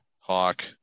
Hawk